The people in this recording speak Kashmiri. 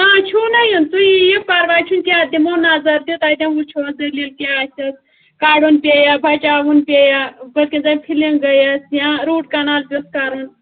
کانٛہہ چھُو نا یُن تُہۍ یِیِو پَرواے چھُنہٕ کیٚنٛہہ اَتھ دِمو نظر تہِ تَتٮ۪ن وٕچھو اَتھ دٔلیٖل کیٛاہ آسٮ۪س کَڑُن پییا بَچاوُن پییا بٔلۍکٮ۪ن زَن فِلِنٛگ گٔیَس یا روٗٹ کَنال پیوس کَرُن